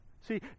See